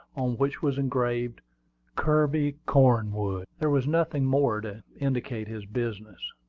on which was engraved kirby cornwood. there was nothing more to indicate his business.